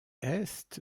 est